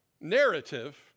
narrative